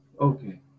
Okay